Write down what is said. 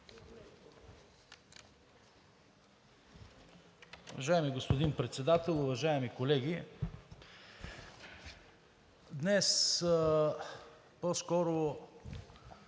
Уважаеми господин Председател, уважаеми колеги! Днес по-скоро